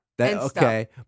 okay